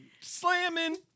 slamming